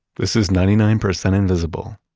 this is ninety nine percent invisible.